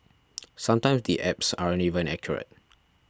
sometimes the apps aren't even accurate